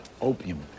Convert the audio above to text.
opium